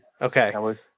Okay